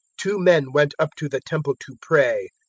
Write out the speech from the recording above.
two men went up to the temple to pray,